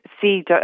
see